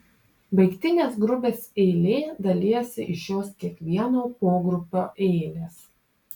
baigtinės grupės eilė dalijasi iš jos kiekvieno pogrupio eilės